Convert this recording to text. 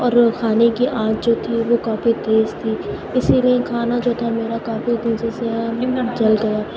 اور وہ کھانے کی آگ جو تھی وہ کافی تیز تھی اسی لیے کھانا جو تھا میرا کافی تیزی سے آیا جل گیا